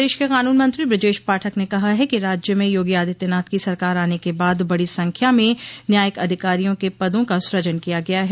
प्रदेश के कानून मंत्री बृजेश पाठक ने कहा है कि राज्य में योगी आदित्यनाथ की सरकार आने के बाद बड़ी संख्या में न्यायिक अधिकारियों के पदों का सूजन किया गया है